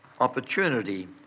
opportunity